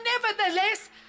nevertheless